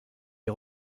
est